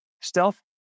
Stealth